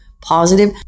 positive